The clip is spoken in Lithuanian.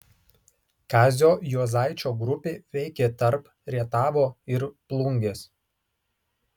kazio juozaičio grupė veikė tarp rietavo ir plungės